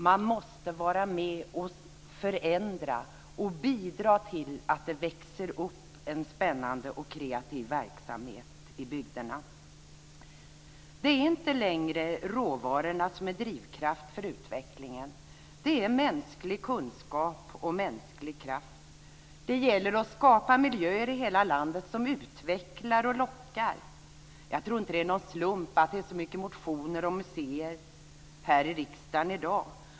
Man måste vara med och förändra och bidra till att det växer upp en spännande och kreativ verksamhet i bygderna. Det är inte längre råvarorna som är drivkraft för utvecklingen. Det är mänsklig kunskap och mänsklig kraft. Det gäller att skapa miljöer i hela landet som utvecklar och lockar. Jag tror inte att det är någon slump att det finns många motioner om museer här i riksdagen.